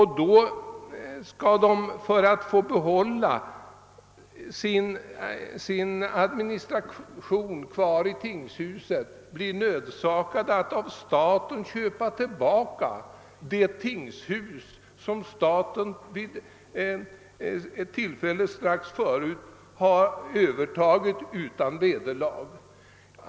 För att få behålla sina administrativa lokaler i tingshuset blir de ju då nödsakade att från staten köpa tillbaka detta, som staten strax dessförinnan fått överta utan vederlag.